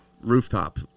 rooftop